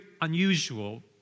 unusual